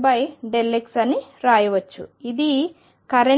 ψ∂x అని రాయవచ్చు